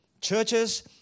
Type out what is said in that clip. Churches